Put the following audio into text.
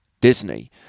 Disney